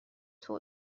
توی